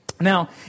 Now